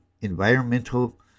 environmental